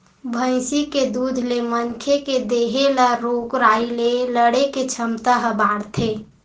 भइसी के दूद ले मनखे के देहे ल रोग राई ले लड़े के छमता ह बाड़थे